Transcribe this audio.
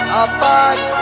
apart